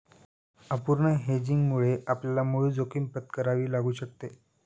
अपूर्ण हेजिंगमुळे आपल्याला मूळ जोखीम पत्करावी लागू शकते